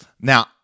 Now